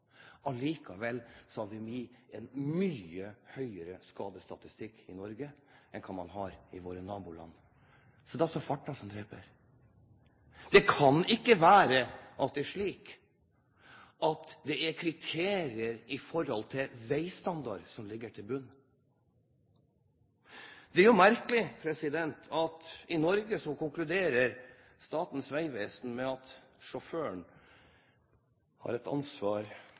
Allikevel har vi en mye høyere skadestatistikk i Norge enn det de har i våre naboland. Så det er altså farten som dreper. Det kan ikke være at det er slik at det er kriterier om veistandard som ligger til grunn? Det er merkelig at i Norge konkluderer Statens vegvesen med at sjåføren har et ansvar